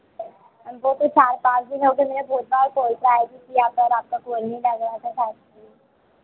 वो तो चार पाँच दिन हो गए मैंने बहुत बार कॉल ट्राइ भी किया था पर आपका कॉल नहीं लग रहा था पाँच दिन